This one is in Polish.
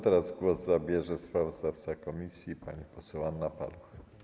Teraz głos zabierze sprawozdawca komisji pani poseł Anna Paluch.